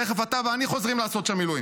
תכף אתה ואני חוזרים לעשות שם מילואים.